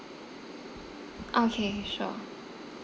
okay sure